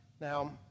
Now